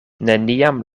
neniam